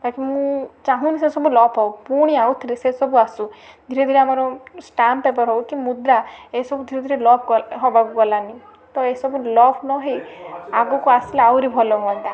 but ମୁଁ ଚାହୁଁନି ସେ ସବୁ ଲପ ହଉ ପୁଣି ଆଉଥରେ ସେ ସବୁ ଆସୁ ଧିରେ ଧିରେ ଆମର ଷ୍ଟାମ୍ପ ପେପର ହଉ କି ମୁଦ୍ରା ଏ ସବୁ ଧିରେ ଧିରେ ଲପ କ ହବାକୁ ଗଲାଣି ତ ଏ ସବୁ ଲପ ନ ହେଇ ଆଗକୁ ଆସିଲେ ଆହୁରି ଭଲ ହୁଅନ୍ତା